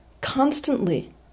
constantly